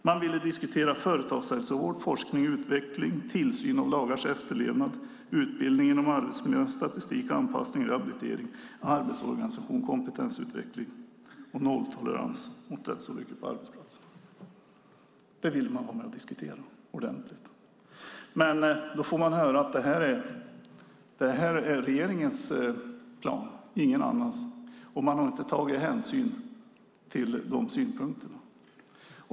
Man ville diskutera företagshälsovård, forskning, utveckling, tillsyn av lagars efterlevnad, utbildning inom arbetsmiljön, statistik, anpassning, rehabilitering, arbetsorganisation, kompetensutveckling och nolltolerans mot dödsolyckor på arbetsplatsen. Nu får vi höra att detta är regeringens plan, ingen annans. Man har inte tagit hänsyn till de synpunkterna.